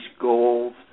goals